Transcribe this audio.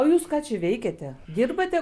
o jūs ką čia veikiate ten dirbate